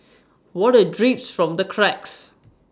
water drips from the cracks